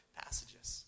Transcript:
passages